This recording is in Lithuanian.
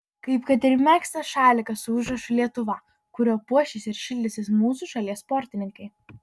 kaip kad ir megztas šalikas su užrašu lietuva kuriuo puošis ir šildysis mūsų šalies sportininkai